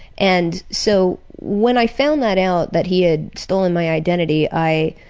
and so when i found that out, that he had stolen my identity, i